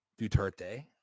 Duterte